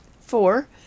Four